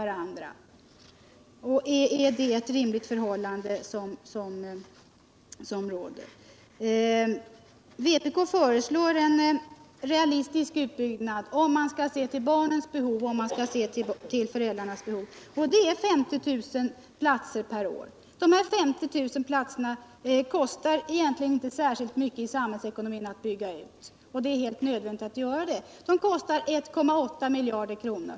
Står de i ett rimligt förhållande till varandra? Vpk föreslår en realistisk utbyggnad, där man skall se till barnens och föräldrarnas behov. Det är 50 000 platser per år. Det är egentligen inte så mycket för samhällsekonomin att bygga ut dessa 50 000 platser, men det är helt nödvändigt att man gör det. Det kostar 1,8 miljarder kronor.